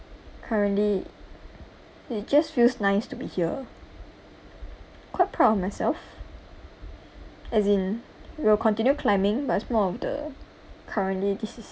currently it just feels nice to be here quite proud of myself as in will continue climbing but it's more of the currently this is